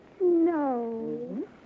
No